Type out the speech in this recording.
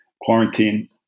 quarantine